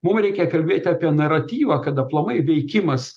mum reikia kalbėt apie naratyvą kad aplamai veikimas